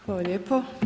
Hvala lijepo.